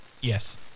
Yes